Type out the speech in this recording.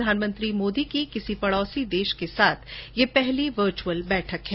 प्रधानमंत्री मोदी की किसी पड़ोसी देश के साथ यह पहली वर्चुअल बैठक है